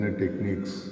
techniques